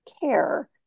care